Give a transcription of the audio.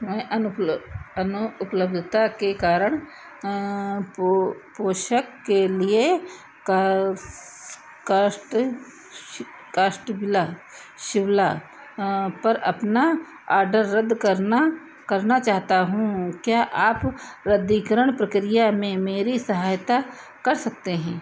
मैं अनउपलो अनुपलब्धता के कारण पोशाक के लिए कश्ट क्राफ्ट्सविला शिवला पर अपना ऑर्डर रद्द करना करना चाहता हूँ क्या आप रद्दीकरण प्रक्रिया में मेरी सहायता कर सकते हैं